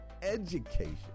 education